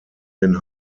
den